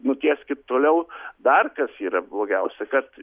nutieskit toliau dar kas yra blogiausia kad